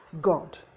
God